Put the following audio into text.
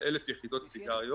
על 1,000 יחידות סיגריות.